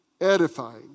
edifying